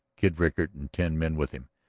kid rickard and ten men with him,